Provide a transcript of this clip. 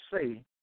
say